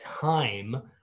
time